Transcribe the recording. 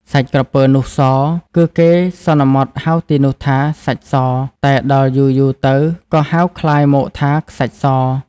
សាច់ក្រពើនោះស គឺគេសន្មតហៅទីនោះថា “សាច់ស” តែដល់យូរៗទៅ ក៏ហៅក្លាយមកថា “ខ្សាច់ស”។